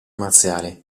marziali